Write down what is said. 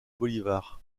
bolívar